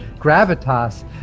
gravitas